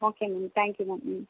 okay ma'am thank you ma'am ம்